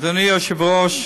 אדוני היושב-ראש,